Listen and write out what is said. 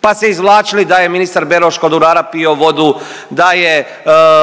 pa se izvlačili da je ministar Beroš kod urara pio vodu, da je